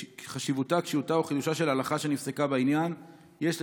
קשיותה או חידושה של הלכה שנפסקה בעניין יש,